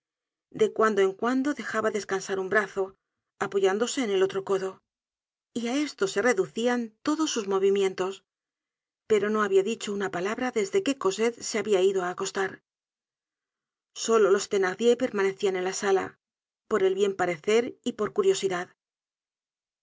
de cuando en cuando dejaba descansar un brazo apoyándose en el otro codo y á esto se reducian todos sus movimientos pero no habia dicho una palabra desde que cosette se habia ido á acostar solo los thenardier permanecían en la sala por el bien parecer y por curiosidad